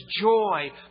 joy